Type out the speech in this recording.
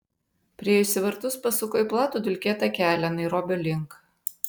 priėjusi vartus pasuko į platų dulkėtą kelią nairobio link